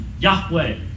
Yahweh